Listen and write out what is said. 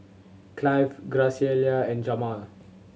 Clive Graciela and Jamaal